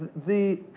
the,